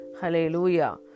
Hallelujah